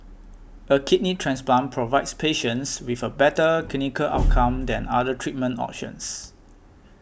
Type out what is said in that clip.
a kidney transplant provides patients with a better clinical outcome than other treatment options